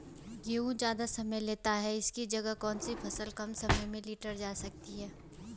गेहूँ ज़्यादा समय लेता है इसकी जगह कौन सी फसल कम समय में लीटर जा सकती है?